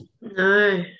No